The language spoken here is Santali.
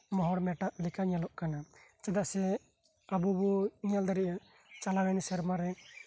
ᱢᱚᱦᱚᱨ ᱢᱮᱴᱟᱜ ᱞᱮᱠᱟ ᱧᱮᱞᱚᱜ ᱠᱟᱱᱟ ᱪᱮᱫᱟᱜ ᱥᱮ ᱟᱵᱚ ᱵᱚ ᱧᱮᱞ ᱫᱟᱲᱮᱭᱟᱜᱼᱟ ᱪᱟᱞᱟᱣᱮᱱ ᱥᱮᱨᱢᱟ ᱨᱮ